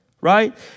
right